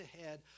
ahead